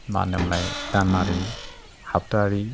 मा होनो मोनलाय दानारि हाबथायारि